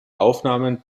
aufnahmen